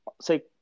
say